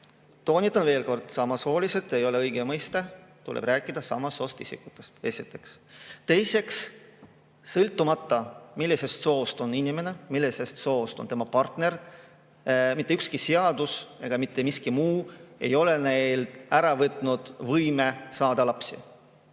Toonitan veel kord: "samasoolised" ei ole õige mõiste, tuleb rääkida "samast soost isikutest". Seda esiteks. Teiseks, sõltumata, mis soost on inimene, mis soost on tema partner, mitte ükski seadus ega mitte miski muu ei ole neilt ära võtnud võimet saada lapsi.